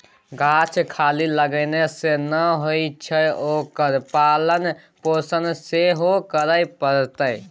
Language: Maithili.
गाछ खाली लगेने सँ नै होए छै ओकर पालन पोषण सेहो करय पड़तै